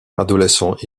adolescent